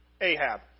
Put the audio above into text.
Ahab